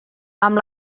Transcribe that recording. amb